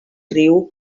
riu